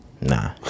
nah